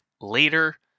Later